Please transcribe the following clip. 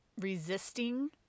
resisting